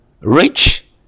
rich